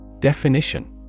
Definition